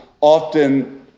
often